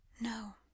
No